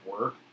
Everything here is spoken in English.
work